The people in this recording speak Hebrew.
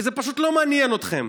כי זה פשוט לא מעניין אתכם.